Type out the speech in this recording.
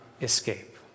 escape